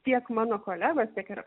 tiek mano kolegos tiek ir